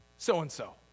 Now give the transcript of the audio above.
so-and-so